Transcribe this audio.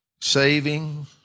saving